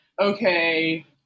okay